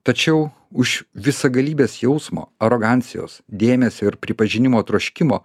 tačiau už visagalybės jausmo arogancijos dėmesio ir pripažinimo troškimo